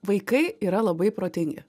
vaikai yra labai protingi